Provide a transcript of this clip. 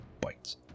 bites